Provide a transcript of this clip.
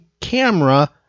camera